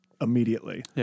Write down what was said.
immediately